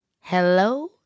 Hello